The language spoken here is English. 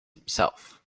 himself